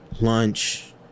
lunch